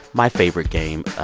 my favorite game.